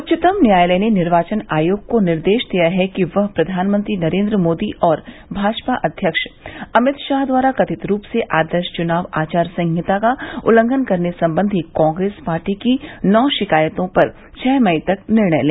उच्चतम न्यायालय ने निर्वाचन आयोग को निर्देश दिया है कि वह प्रधानमंत्री नरेन्द्र मोदी और भाजपा अध्यक्ष अमित शाह द्वारा कथित रूप से आदर्श चुनाव आचार संहिता का उल्लंघन करने संबंधी कांग्रेस पार्टी की नौ शिकायतों पर छह मई तक निर्णय ले